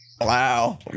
Wow